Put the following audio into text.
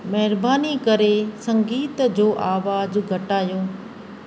महिरबानी करे संगीत जो आवाज़ु घटायो